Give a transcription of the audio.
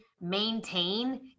maintain